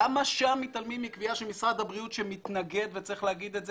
למה שם מתעלמים מקביעה של משרד הבריאות שמתנגד וצריך להגיד את זה,